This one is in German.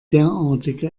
derartige